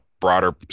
broader